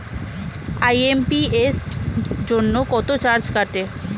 IMPS জন্য কত charge কাটে?